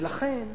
ולכן,